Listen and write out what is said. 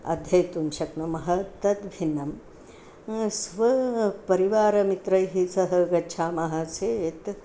अध्येतुं शक्नुमः तद्भिन्नं स्वपरिवारमित्रैः सह गच्छामः चेत्